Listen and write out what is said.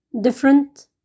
different